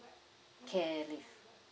care leave